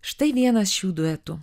štai vienas šių duetų